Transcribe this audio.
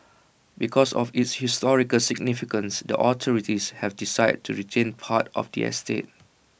because of its historical significance the authorities have decided to retain parts of the estate